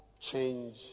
change